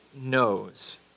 knows